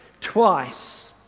twice